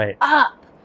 up